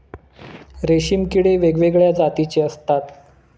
रेशीम किडे वेगवेगळ्या जातीचे असतात